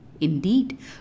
Indeed